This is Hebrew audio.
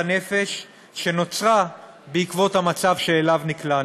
הנפש שנוצרה בעקבות המצב שאליו נקלענו.